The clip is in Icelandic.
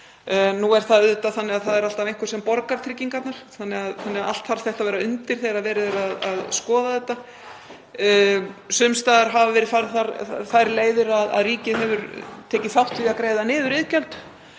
nú er það auðvitað þannig að það er alltaf einhver sem borgar tryggingarnar þannig að allt er þetta undir þegar verið er að skoða þessi mál. Sums staðar hefur verið farin sú leið að ríkið hefur tekið þátt í að greiða niður iðgjöld.